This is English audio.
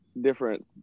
different